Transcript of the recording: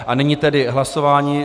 A nyní tedy hlasování.